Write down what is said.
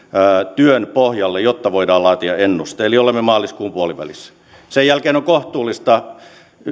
työn pohjalle jotta voidaan laatia ennuste eli näin ollaan maaliskuun puolivälissä sen jälkeen on kohtuullista